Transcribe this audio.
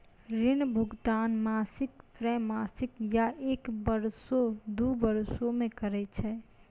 ऋण भुगतान मासिक, त्रैमासिक, या एक बरसो, दु बरसो मे करै छै